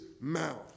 mouth